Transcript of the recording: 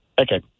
Okay